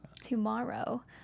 tomorrow